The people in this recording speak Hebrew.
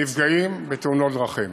נפגעים בתאונות דרכים.